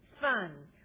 fun